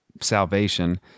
salvation